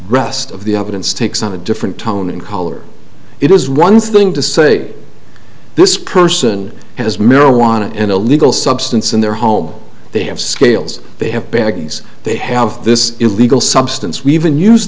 rest of the evidence takes on a different tone and color it is one thing to say this person has marijuana an illegal substance in their home they have scales they have baggies they have this illegal substance we even use